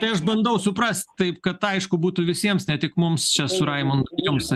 tai aš bandau suprast taip kad aišku būtų visiems ne tik mums čia su raimundu jums